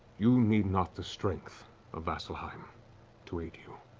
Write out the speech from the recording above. you need not the strength of vasselheim to aid you,